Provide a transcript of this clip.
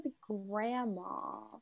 grandma